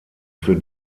für